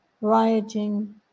Rioting